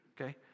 okay